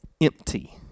empty